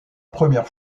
première